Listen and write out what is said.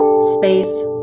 space